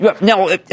Now